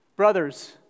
Brothers